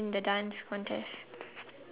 oh no